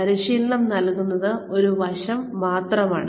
പരിശീലനം നൽകുന്നത് ഒരു വശം മാത്രമാണ്